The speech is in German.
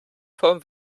vom